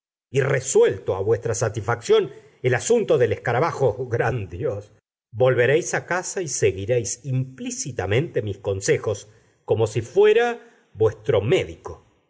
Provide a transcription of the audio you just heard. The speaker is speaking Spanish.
y resuelto a vuestra satisfacción el asunto del escarabajo gran dios volveréis a casa y seguiréis implícitamente mis consejos como si fuera vuestro médico